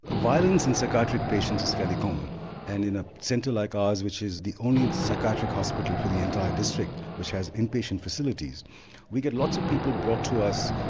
ah violence in psychiatric patients is fairly common and in a centre like ours which is the only psychiatric hospital for the entire district which has inpatient facilities we get lots of people brought to us,